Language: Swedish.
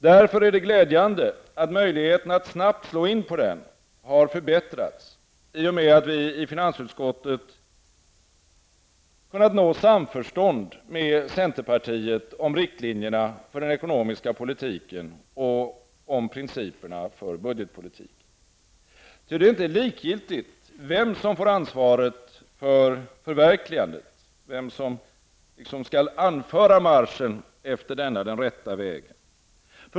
Därför är det glädjande att möjligheterna att snabbt slå in på den har förbättrats i och med att vi i finansutskottet kunnat nå samförstånd med centerpartiet om riktlinjerna för den ekonomiska politiken och principerna för budgetpolitiken. Ty det är inte likgiltigt vem som får ansvaret för förverkligandet eller vem som skall anföra marschen på den rätta vägen.